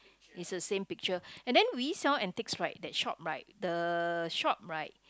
it's the same picture and then we sell antiques right that shop right the shop right